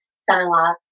son-in-law